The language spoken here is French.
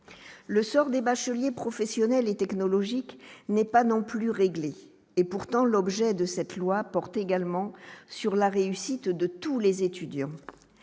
le sort des bacheliers professionnels et technologiques n'est pas non plus réglée et pourtant l'objet de cette loi porte également sur la réussite de tous les étudiants,